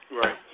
Right